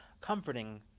comforting